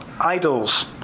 idols